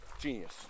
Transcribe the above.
Genius